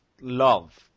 love